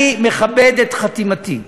אני מכבד את חתימתי.